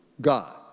God